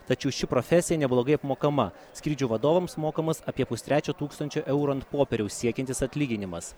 tačiau ši profesija neblogai apmokama skrydžių vadovams mokamas apie pustrečio tūkstančio eurų ant popieriaus siekiantis atlyginimas